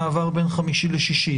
זה בעצם עד המעבר בין חמישי לשישי.